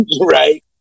right